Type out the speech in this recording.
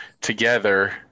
together